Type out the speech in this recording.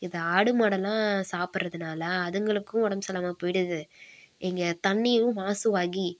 இதை ஆடு மாடெல்லாம் சாப்பிட்றதுனால அதுங்களுக்கும் உடம்பு சரி இல்லாமல் போயிடுது இங்கே தண்ணியும் மாசுவாகி